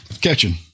Catching